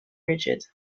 rigid